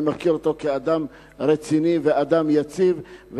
אני מכיר אותו כאדם רציני ואדם יציב,